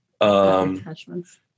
Attachments